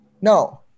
No